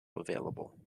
available